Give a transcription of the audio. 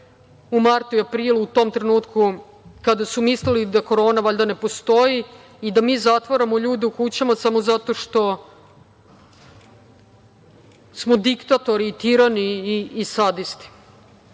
u martu i aprilu, u tom trenutku kada su mislili da korona valjda ne postoji i da mi zatvaramo ljude u kućama samo zato što smo diktatori, tirani i sadisti. Ali,